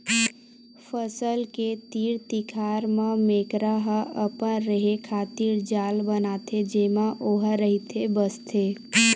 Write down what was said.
फसल के तीर तिखार म मेकरा ह अपन रेहे खातिर जाल बनाथे जेमा ओहा रहिथे बसथे